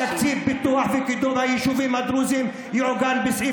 תקציב פיתוח וקידום היישובים הדרוזיים יעוגן בסעיף